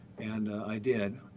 and i did.